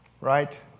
Right